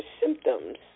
symptoms